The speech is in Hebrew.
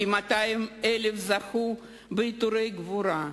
כ-200,000 זכו בעיטורי גבורה.